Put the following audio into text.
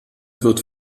wird